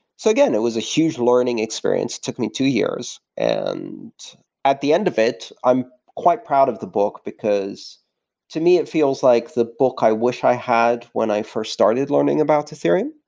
so again it was a huge learning experience. it took me two years, and at the end of it, i'm quite proud of the book, because to me it feels like the book i wish i had when i first started learning about ethereum,